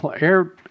air